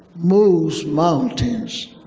moves mountains.